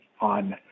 on